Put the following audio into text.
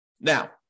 Now